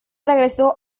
regresó